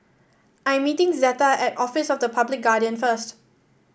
I'm meeting Zeta at Office of the Public Guardian first